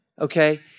Okay